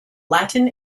latin